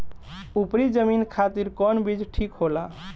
उपरी जमीन खातिर कौन बीज ठीक होला?